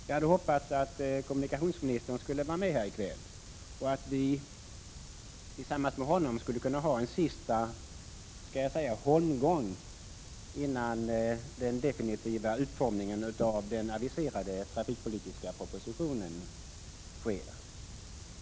Jag hade hoppats att kommunikationsministern skulle vara med här i kväll och att vi tillsammans med honom skulle kunna ha så att säga en sista holmgång före den definitiva utformningen av den aviserade trafikpolitiska propositionen.